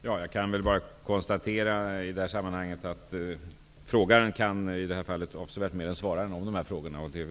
Fru talman! Jag kan bara konstatera att frågaren i det här fallet har avsevärt större kunskaper om dessa frågor än svararen.